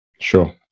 sure